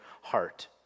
heart